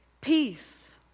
Peace